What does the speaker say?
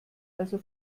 also